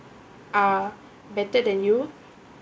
are better than you